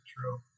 true